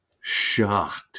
shocked